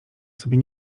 sobie